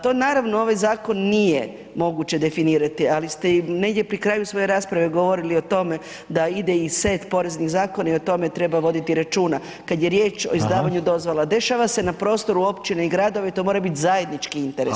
To naravno ovaj zakon nije moguće definirati, ali ste i negdje pri kraju svoje rasprave govorili o tome da ide i set poreznih zakona i o tome treba voditi računa, kad je riječ o izdavanju [[Upadica: Hvala.]] dozvola, dešava se na prostoru općine i gradova i to mora biti zajednički interes.